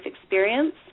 experience